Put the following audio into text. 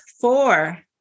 four